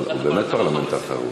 הוא באמת פרלמנטר חרוץ.